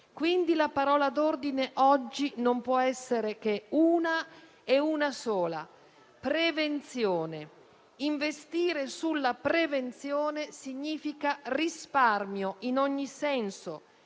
oggi la parola d'ordine non può essere che una sola: prevenzione. Investire sulla prevenzione significa risparmio in ogni senso: